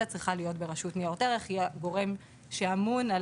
צריכה להיות ברשות ניירות ערך; היא הגורם שאמון על